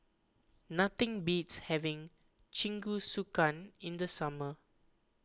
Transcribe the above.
nothing beats having Jingisukan in the summer